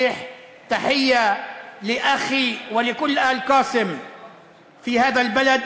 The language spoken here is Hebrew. ברכות לאחי ולכל משפחת קאסם ביישוב הזה,